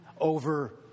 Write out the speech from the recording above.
over